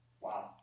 Wow